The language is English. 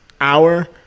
hour